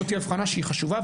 זאת תהיה הבחנה שהיא חשובה,